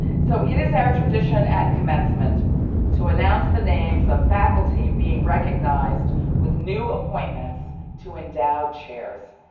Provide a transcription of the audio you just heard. so it is our tradition at commencement to announce the names of faculty being recognized with new appointments to endowed chairs.